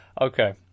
Okay